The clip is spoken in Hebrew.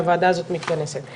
שהוועדה הזאת מתכנסת.